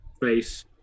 face